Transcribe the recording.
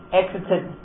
exited